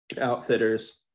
outfitters